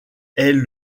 est